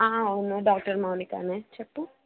అవును డాక్టర్ మౌనికానే చెప్పు